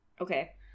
Okay